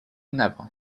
never